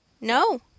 No